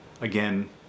Again